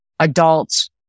adults